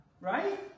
Right